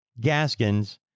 Gaskins